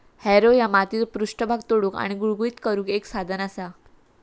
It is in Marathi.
हॅरो ह्या मातीचो पृष्ठभाग तोडुक आणि गुळगुळीत करुक एक साधन असा